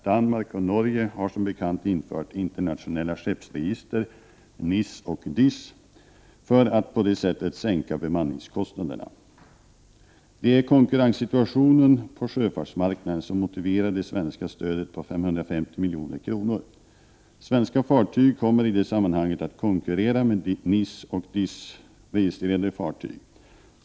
Danmark och Norge har som bekant infört internationella skeppsregister, DIS och NIS, för att på det sättet sänka bemanningskostnaderna. Det är konkurrenssituationen på sjöfartsmarknaden som motiverar det svenska stödet på 550 milj.kr. Svenska fartyg kommer i det sammanhanget att konkurrera med DIS och NIS-registrerade fartyg.